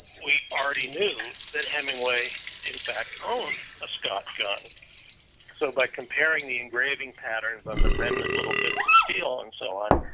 we already knew that hemingway in fact owned a scott gun so, by comparing the engraving patterns on the remnant little bits of steel and so on,